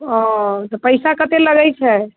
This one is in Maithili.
ओ तऽ पैसा कते लगैत छै